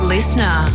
Listener